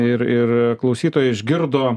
ir ir klausytojai išgirdo